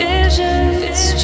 Visions